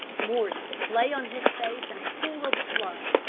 mordon lay on his face in a pool of blood,